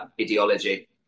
ideology